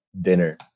dinner